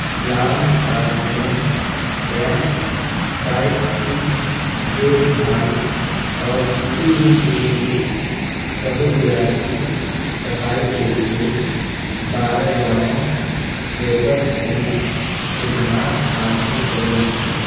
lawn کاٹنے camp sites کی دیکھ بھال اور کسی بھی دوسری سہولیات کی صفائی کے لیے بارہ گراؤنڈ کیپرز کی خدمات حاصل کریں